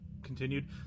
continued